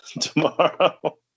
tomorrow